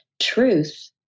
Truth